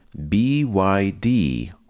BYD